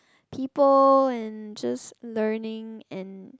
people and just learning and